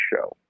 show